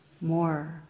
more